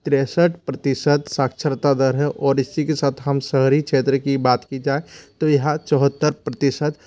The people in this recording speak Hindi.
तिरसठ प्रतिशत साक्षरता दर है और इसी के साथ हम शहरी क्षेत्र की बात की जाए तो यहाँ चौहत्तर प्रतिशत